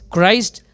Christ